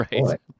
right